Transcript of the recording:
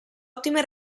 ottime